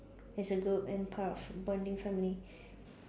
as a group and part of bonding family